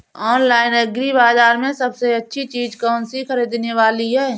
Online agri बाजार में सबसे अच्छी चीज कौन सी ख़रीदने वाली है?